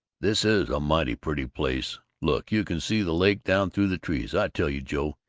this is a mighty pretty place. look, you can see the lake down through the trees. i tell you, joe,